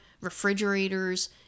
refrigerators